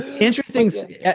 Interesting